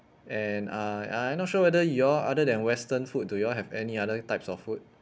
and ah ah I not sure whether you all other than western food do y'all have any other types of food